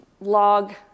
log